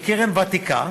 בקרן ותיקה,